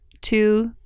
two